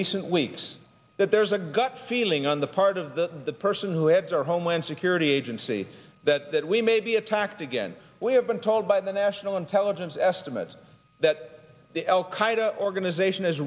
recent weeks that there's a gut feeling on the part of the person who heads our homeland security agency that that we may be attacked again we have been told by the national intelligence estimate that the al qaeda organization is